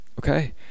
okay